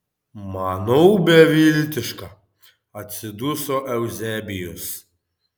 manau beviltiška atsiduso euzebijus